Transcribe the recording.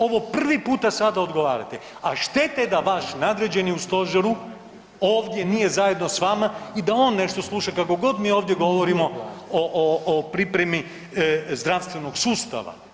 Ovo prvi puta sada odgovarate, a šteta je da vaš nadređeni u Stožeru ovdje nije zajedno sa vama i da on nešto sluša kako god mi ovdje govorimo o pripremi zdravstvenog sustava.